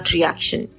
Reaction